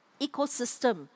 ecosystem